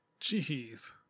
Jeez